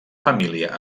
família